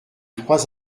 trois